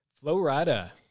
Florida